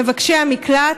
מבקשי המקלט,